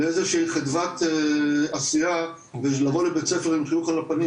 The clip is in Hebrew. לאיזו שהיא חדוות עשייה ולבוא לבית ספר עם חיוך על הפנים,